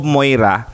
Moira